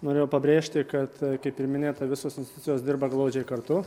norėjau pabrėžti kad kaip ir minėta visos institucijos dirba glaudžiai kartu